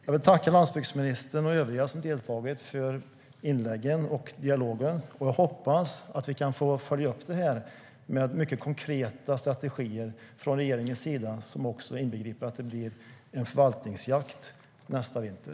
Jag vill tacka landsbygdsministern och övriga som deltagit för inläggen och dialogen. Jag hoppas att vi kan följa upp detta med mycket konkreta strategier från regeringen som inbegriper att det blir en förvaltningsjakt nästa vinter.